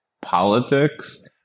politics